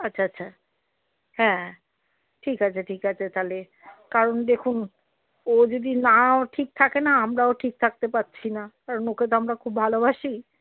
আচ্ছা আচ্ছা হ্যাঁ ঠিক আছে ঠিক আছে তহে কারণ দেখুন ও যদি না ঠিক থাকে না আমরাও ঠিক থাকতে পাচ্ছি না কারণ ওকে তো আমরা খুব ভালোবাসি